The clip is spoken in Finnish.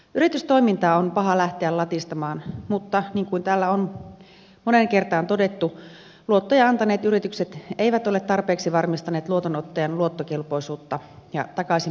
yritystoimintaa on paha lähteä latistamaan mutta niin kuin täällä on moneen kertaan todettu luottoja antaneet yritykset eivät ole tarpeeksi varmistaneet luotonottajan luottokelpoisuutta ja takaisinmaksukykyä